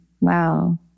Wow